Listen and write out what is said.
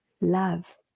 love